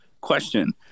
question